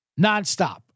nonstop